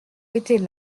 était